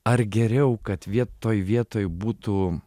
ar geriau kad vietoj vietoj būtų